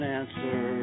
answer